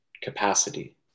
capacity